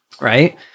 Right